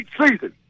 season